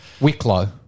Wicklow